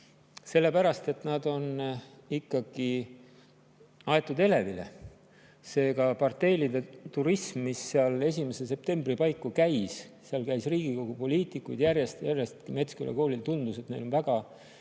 Sellepärast et nad on ikkagi aetud elevile. See parteiline turism, mis seal 1. septembri paiku käis – seal käis Riigikogu poliitikuid järjest-järjest –, tekitas Metsküla koolile tunde, et neil on väga